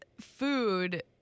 food